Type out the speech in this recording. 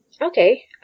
Okay